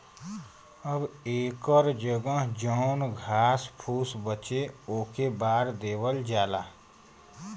अब एकर जगह जौन घास फुस बचे ओके बार देवल जाला